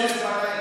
בלילה.